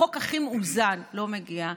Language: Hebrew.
החוק הכי מאוזן לא מגיע,